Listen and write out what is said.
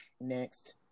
Next